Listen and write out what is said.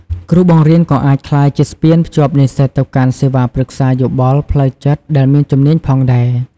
គ្រូបង្រៀនក៏អាចក្លាយជាស្ពានភ្ជាប់និស្សិតទៅកាន់សេវាប្រឹក្សាយោបល់ផ្លូវចិត្តដែលមានជំនាញផងដែរ។